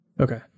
okay